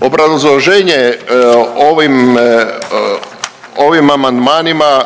Obrazloženje ovim, ovim amandmanima,